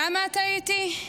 למה טעיתי?